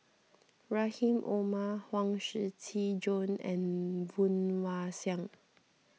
Rahim Omar Huang Shiqi Joan and Woon Wah Siang